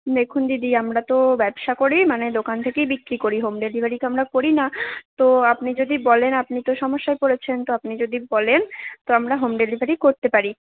দেখুন দিদি আমরা তো ব্যবসা করি মানে দোকান থেকেই বিক্রি করি হোম ডেলিভারি তো আমরা করি না তো আপনি যদি বলেন আপনি তো সমস্যায় পড়েছেন তো আপনি যদি বলেন তো আমরা হোম ডেলিভারি করতে পারি